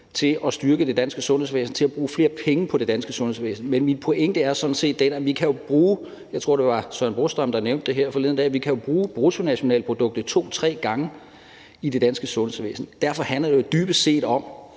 til at styrke det danske sundhedsvæsen og til at bruge på det danske sundhedsvæsen, men min pointe er sådan set, at vi kan bruge – jeg tror, det var Søren Brostrøm, der nævnte det her forleden dag – bruttonationalproduktet to-tre gange i det danske sundhedsvæsen. Derfor handler det jo dybest set om